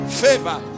favor